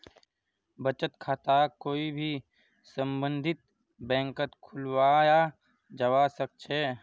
बचत खाताक कोई भी सम्बन्धित बैंकत खुलवाया जवा सक छे